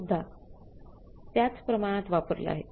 सुद्धा त्याच प्रमाणत वापरलं आहे